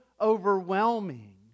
overwhelming